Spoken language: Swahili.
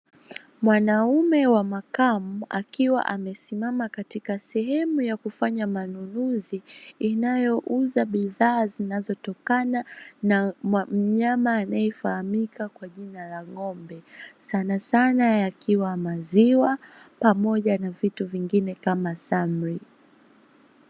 Mwanaume wa makamu akiwa amesimama katika sehemu ya kufanya manunuzi, inayouza bidhaa zinazotokana na mnyama anayefahamika kwa jina la ng'ombe. Sanasana yakiwa maziwa pamoja na vitu vingine kama samri.